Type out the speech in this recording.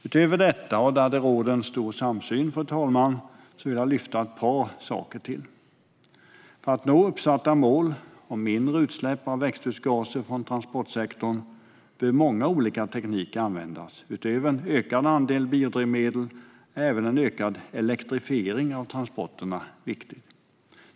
Utöver detta vill jag lyfta ett par saker till där det råder en stor samsyn, fru talman. För att nå uppsatta mål om mindre utsläpp av växthusgaser från transportsektorn behöver många olika tekniker användas. Utöver en ökad andel biodrivmedel är även en ökad elektrifiering av transporterna viktig.